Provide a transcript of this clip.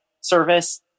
service